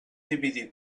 dividir